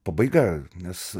pabaiga nes